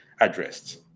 addressed